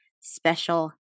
special